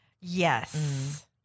Yes